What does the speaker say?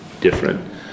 different